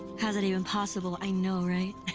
how's that even possible? i know right?